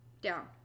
Down